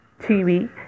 TV